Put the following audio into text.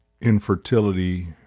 infertility